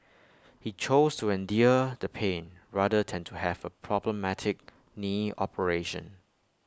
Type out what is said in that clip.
he chose to endure the pain rather than to have A problematic knee operation